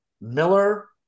Miller